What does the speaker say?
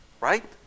Right